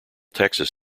texas